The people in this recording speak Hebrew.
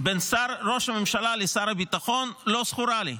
בין ראש ממשלה לשר הביטחון לא זכורה לי.